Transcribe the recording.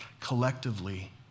collectively